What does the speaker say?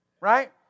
Right